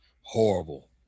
Horrible